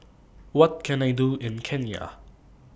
What Can I Do in Kenya